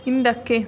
ಹಿಂದಕ್ಕೆ